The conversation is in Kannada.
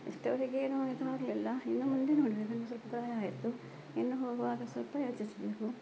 ಇಷ್ಟರವರೆಗೆ ಏನು ಇದು ಆಗಲಿಲ್ಲ ಇನ್ನು ಮುಂದೆ ನೋಡಬೇಕು ಒಂದು ಸ್ವಲ್ಪ ಪ್ರಾಯ ಆಯಿತು ಇನ್ನು ಹೋಗುವಾಗ ಸ್ವಲ್ಪ ಯೋಚಿಸಬೇಕು